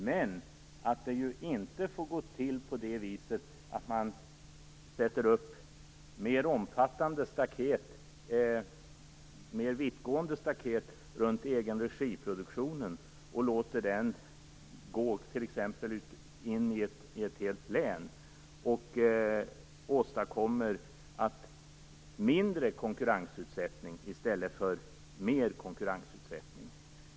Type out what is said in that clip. Men det får inte gå till på det viset att man sätter upp mer vittgående staket runt egen-regiproduktionen och t.ex. låter den gå in i ett helt län och därigenom åstadkommer mindre konkurrensutsättning i stället för mer konkurrensutsättning.